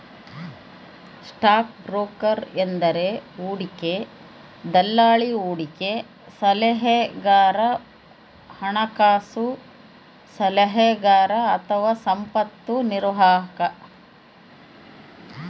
stock broker ಎಂದರೆ ಹೂಡಿಕೆ ದಲ್ಲಾಳಿ, ಹೂಡಿಕೆ ಸಲಹೆಗಾರ, ಹಣಕಾಸು ಸಲಹೆಗಾರ ಅಥವಾ ಸಂಪತ್ತು ನಿರ್ವಾಹಕ